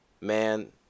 Man